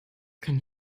kann